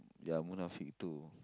ya Munafik two